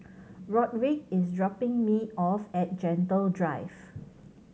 Rodrick is dropping me off at Gentle Drive